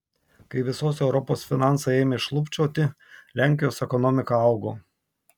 kai visos europos finansai ėmė šlubčioti lenkijos ekonomika augo